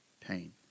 pain